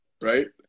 Right